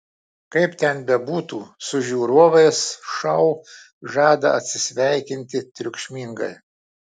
kaip ten bebūtų su žiūrovais šou žada atsisveikinti triukšmingai